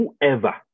whoever